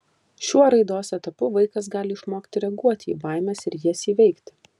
šiuo raidos etapu vaikas gali išmokti reaguoti į baimes ir jas įveikti